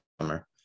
summer